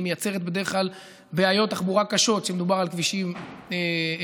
היא מייצרת בדרך כלל בעיות תחבורה קשות כשמדובר על כבישים בין-עירוניים,